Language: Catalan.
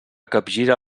capgira